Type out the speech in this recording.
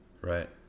right